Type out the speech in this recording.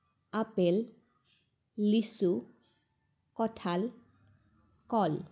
apple লিচু কঁঠাল কল